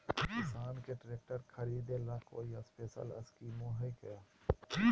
किसान के ट्रैक्टर खरीदे ला कोई स्पेशल स्कीमो हइ का?